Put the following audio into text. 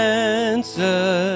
answer